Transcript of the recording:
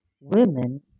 women